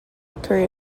occur